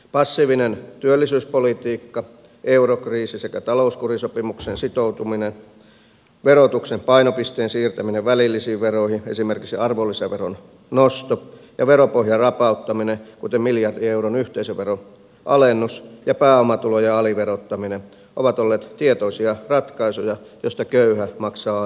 passiivinen työllisyyspolitiikka eurokriisi sekä talouskurisopimukseen sitoutuminen verotuksen painopisteen siirtäminen välillisiin veroihin esi merkiksi arvonlisäveron nosto ja veropohjan rapauttaminen kuten miljardin euron yhteisöveron alennus ja pääomatulojen aliverottaminen ovat olleet tietoisia ratkaisuja joista köyhä maksaa aina täyden hinnan